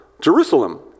Jerusalem